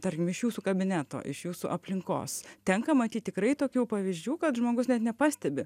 tarkim iš jūsų kabineto iš jūsų aplinkos tenka matyt tikrai tokių pavyzdžių kad žmogus net nepastebi